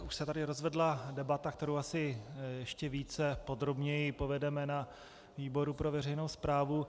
Už se tady rozvedla debata, kterou asi ještě více podrobně povedeme na výboru pro veřejnou správu.